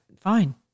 fine